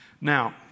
Now